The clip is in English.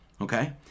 okay